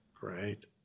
great